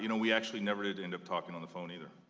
you know we actually never ended and up talking on the phone either.